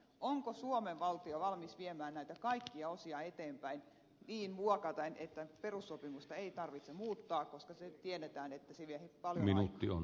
onko suomen valtio valmis viemään näitä kaikkia osia eteenpäin niin muokaten että perussopimusta ei tarvitse muuttaa koska tiedetään että se vie paljon aikaa